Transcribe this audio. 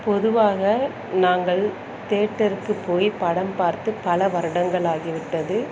பொதுவாக நாங்கள் தேட்டருக்கு போய் படம் பார்த்து பல வருடங்கள் ஆகி விட்டது